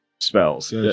spells